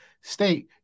state